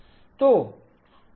તો D differentiation શું છે